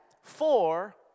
four